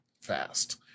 fast